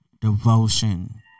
devotion